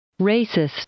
Racist